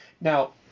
Now